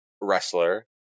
wrestler